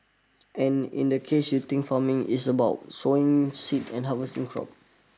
and in the case you think farming is about sowing seed and harvesting crop